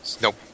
Nope